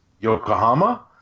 Yokohama